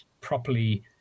properly